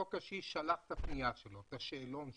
אותו קשיש שלח את השאלון שלו,